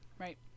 Right